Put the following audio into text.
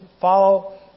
follow